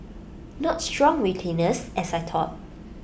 not strong retainers as I thought